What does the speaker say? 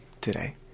today